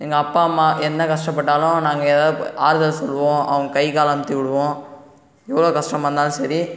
எங்கள் அப்பா அம்மா என்ன கஷ்ட பட்டாலும் நாங்கள் ஏதாவது ஆறுதல் சொல்லுவோம் அவங்க கை கால் அமித்திவிடுவோம் எவ்வளோ கஷ்டமாருந்தாலும் சரி